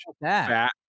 fat